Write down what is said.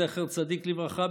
זכר צדיק לברכה,